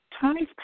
Tony's